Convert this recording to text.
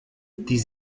die